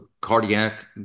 cardiac